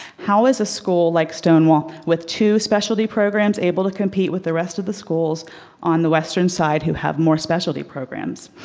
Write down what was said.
how is a school like stonewall with two specialty programs able to compete with the rest of the schools on the western side who have more specialty programs?